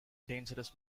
dangerous